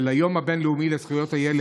היום הבין-לאומי לזכויות הילד,